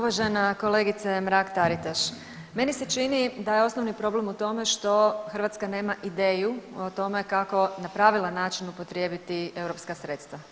Uvažena kolegice Mrak-Taritaš, meni se čini da je osnovni problem u tome što Hrvatska nema ideju o tome kako na pravilan način upotrijebiti europska sredstva.